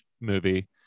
movie